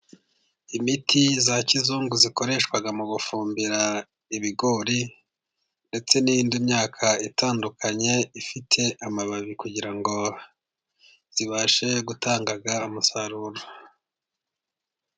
Imiti ya kizungu ikoreshwa mu gufumbira ibigori ndetse n'inindi myaka itandukanye ,ifite amababi kugira ngo ibashe gutanga umusaruro.